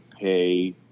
pay